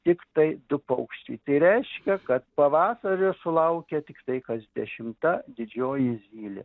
tiktai du paukščiai tai reiškia kad pavasario sulaukia tiktai kas dešimta didžioji zylė